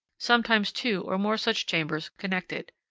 sometimes two or more such chambers connected.